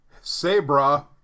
Sabra